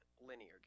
linear